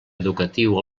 educatiu